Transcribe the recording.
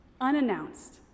unannounced